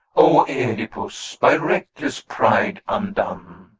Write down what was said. o oedipus, by reckless pride undone!